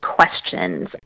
questions